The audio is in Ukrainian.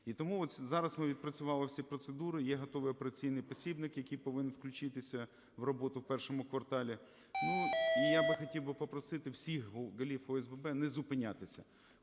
І тому от зараз ми відпрацювали всі процедури, є готовий операційний посібник, який повинен включитися в роботу в першому кварталі. Ну, і я би хотів би попросити всіх голів ОСББ не зупинятися.